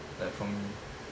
like for me